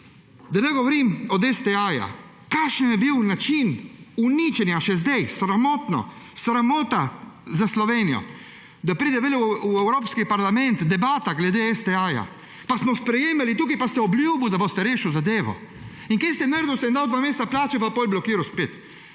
Da ne govorim o STA, kakšen je bil način uničenja. Še sedaj, sramotno! Sramota za Slovenijo, da pride v Evropski parlament debata glede STA! Pa smo sprejemali tukaj, pa ste obljubili, da boste rešili zadevo. In kaj ste naredili? Ste jim dali dva meseca plače, pa potem blokirali spet.